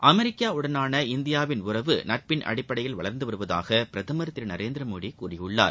அமெிக்காவுடனான இந்தியாவின் உறவு நட்பின் அடிப்படையில் வளர்ந்து வருவதாக பிரதமர் திரு நரேந்திரமோடி கூறியிருக்கிறார்